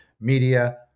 media